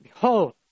Behold